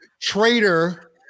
traitor